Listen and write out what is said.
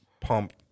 pump